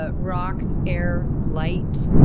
ah rocks, air, light,